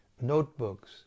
notebooks